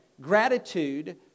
gratitude